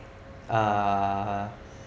uh